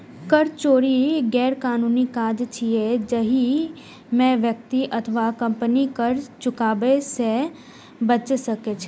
कर चोरी गैरकानूनी काज छियै, जाहि मे व्यक्ति अथवा कंपनी कर चुकाबै सं बचै छै